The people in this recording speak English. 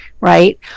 right